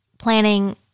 planning